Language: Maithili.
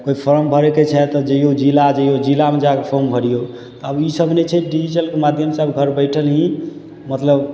कोइ फॉर्म भरयके छै तऽ जाइयो जिला जइयो जिलामे जाकऽ फॉर्म भरियौ तऽ आब ई सभ नहि छै डिजिटलके माध्यमसँ घर बैठल ही मतलब